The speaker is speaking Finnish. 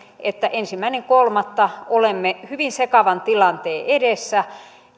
että ensimmäinen kolmatta olemme hyvin sekavan tilanteen edessä